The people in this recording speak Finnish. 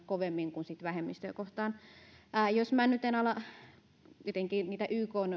kovemmin kuin vähemmistöjä kohtaan jos minä nyt en ala jotenkin niitä